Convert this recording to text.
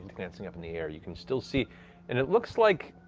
glancing up in the air, you can still see. and it looks like